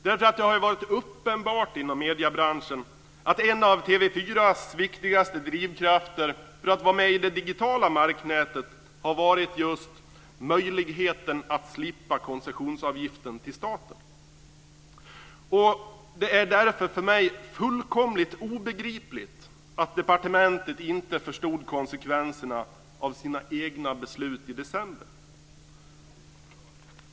Det har varit uppenbart inom mediebranschen att en av TV 4:s viktigaste drivkrafter för att vara med i det digitala marknätet har varit just möjligheten att slippa koncessionsavgiften till staten. Det är därför för mig fullkomligt obegripligt att departementet inte förstod konsekvenserna av sina egna beslut i december.